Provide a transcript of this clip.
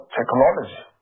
technology